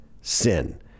sin